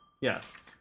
Yes